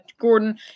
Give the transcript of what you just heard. Gordon